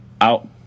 out